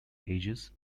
ages